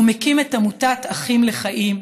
הוא מקים את עמותת אחים לחיים,